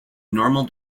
normal